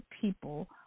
people